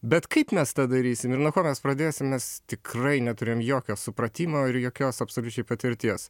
bet kaip mes tą darysim ir nuo ko mes pradėsim mes tikrai neturėjom jokio supratimo ir jokios absoliučiai patirties